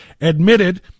admitted